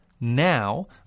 now